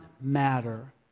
matter